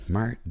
Maar